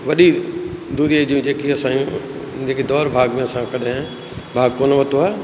वॾी दूरीअ जूं जेके असां जूं जेके दौड़ भाग में असां कॾहिं भाॻु कोन वरितो आहे